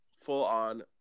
full-on